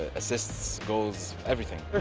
assists, goals, everything.